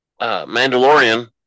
Mandalorian